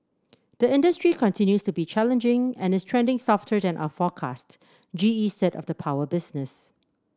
the industry continues to be challenging and is trending softer than our forecast G E said of the power business